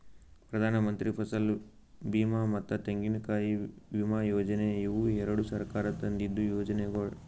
ಪ್ರಧಾನಮಂತ್ರಿ ಫಸಲ್ ಬೀಮಾ ಮತ್ತ ತೆಂಗಿನಕಾಯಿ ವಿಮಾ ಯೋಜನೆ ಇವು ಎರಡು ಸರ್ಕಾರ ತಂದಿದ್ದು ಯೋಜನೆಗೊಳ್